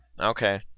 Okay